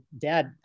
Dad